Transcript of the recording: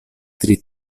tri